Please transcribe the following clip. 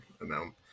amount